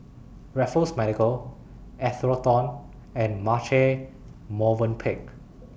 Raffles Medical Atherton and Marche Movenpick